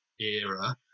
era